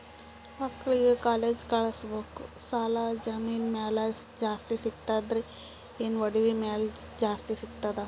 ಮಕ್ಕಳಿಗ ಕಾಲೇಜ್ ಕಳಸಬೇಕು, ಸಾಲ ಜಮೀನ ಮ್ಯಾಲ ಜಾಸ್ತಿ ಸಿಗ್ತದ್ರಿ, ಏನ ಒಡವಿ ಮ್ಯಾಲ ಜಾಸ್ತಿ ಸಿಗತದ?